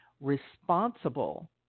responsible